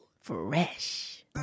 Fresh